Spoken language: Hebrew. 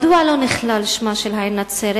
מדוע לא נכלל שמה של העיר נצרת,